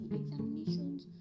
examinations